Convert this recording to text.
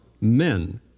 Men